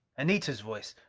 anita's voice!